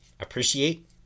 appreciate